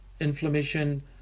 inflammation